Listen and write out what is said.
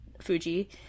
Fuji